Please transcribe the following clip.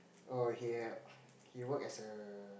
oh he he work as a